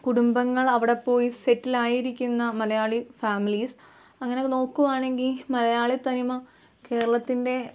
കുടുംബങ്ങളവിടെപ്പോയി സെറ്റിലായിരിക്കുന്ന മലയാളി ഫാമിലീസ് അങ്ങനെ നോക്കുവാണങ്കിൽ മലയാളിത്തനിമ കേരളത്തിന്റെ